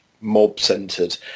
mob-centred